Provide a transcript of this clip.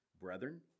Brethren